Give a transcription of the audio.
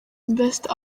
best